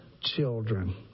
children